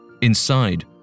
Inside